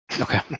Okay